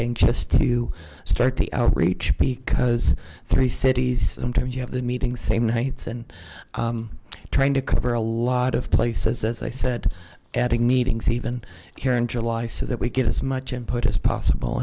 anxious to start the outreach because three cities sometimes you have the meetings same nights and trying to cover a lot of places as i said adding meetings even here in july so that we get as much input as possible